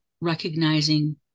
recognizing